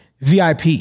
VIP